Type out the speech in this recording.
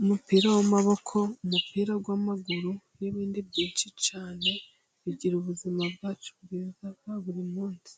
umupira w'amaboko, umupira w'amaguru n'ibindi byinshi cyane bigira ubuzima bwacu bwiza buri munsi.